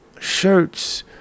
shirts